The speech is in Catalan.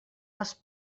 les